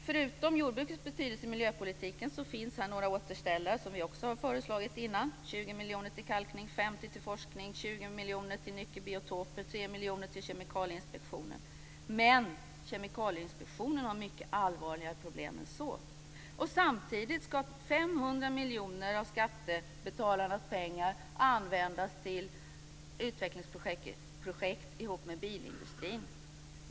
Förutom jordbrukets betydelse i miljöpolitiken finns här några återställare som vi också har föreslagit tidigare: 20 miljoner till kalkning, 50 miljoner till forskning, 20 miljoner till nyckelbiotoper och 3 miljoner till Kemikalieinspektionen. Men Kemikalieinspektionen har mycket allvarligare problem än så. Samtidigt ska 500 miljoner av skattebetalarnas pengar användas till utvecklingsprojekt ihop med bilindustrin.